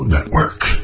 Network